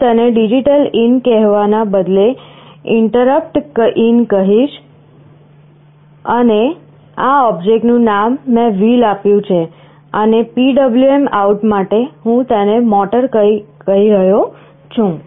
હું તને digital in કહેવાના બદલે interrupt ઇન કહીશ અને આ ઓબ્જેકટનું નામ મેં wheel આપ્યું છે અને PWMout માટે હું તેને motor કહી રહ્યો છું